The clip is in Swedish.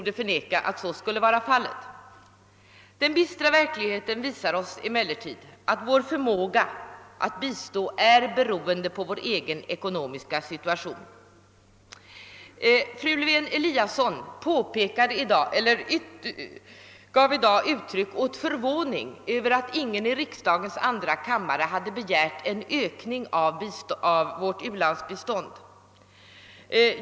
Den bistra verkligheten visar oss emellertid att vår förmåga att bistå är beroende av vår egen ekonomiska situa tryck åt förvåning över att ingen i riksdagens andra kammare hade begärt en ökning av vårt u-landsbistånd.